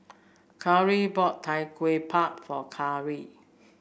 Kyara bought Tau Kwa Pau for Kyara